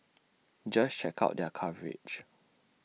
just check out their coverage